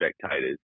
spectators